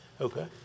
Okay